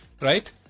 right